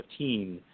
2015